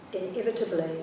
inevitably